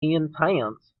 intense